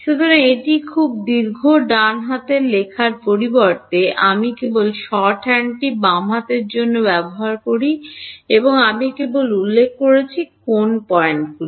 সুতরাং এটি খুব দীর্ঘ ডান হাতের লেখার পরিবর্তে আমি কেবল এই শর্টহ্যান্ডটি বাম হাতের জন্য ব্যবহার করি আমি কেবল উল্লেখ করছি কোনটি পয়েন্টগুলি